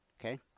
Okay